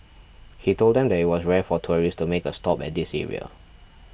he told them that it was rare for tourists to make a stop at this area